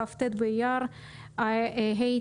כ"ט באייר התשפ"ב,